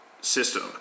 system